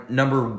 number